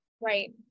Right